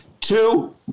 Two